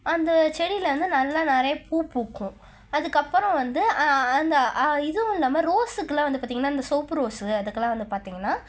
அந்த செடியில் வந்து நல்ல நிறையா பூ பூக்கும் அதுக்கப்புறம் வந்து அந்த இதுவுமில்லாமல் ரோஸுக்கெலாம் வந்து அந்த சிவப்பு ரோஸு அதுக்கெலாம் வந்து பார்த்திங்கன்னா